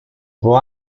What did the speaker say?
può